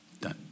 Done